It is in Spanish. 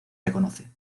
reconoce